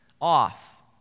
off